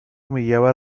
humillaba